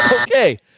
Okay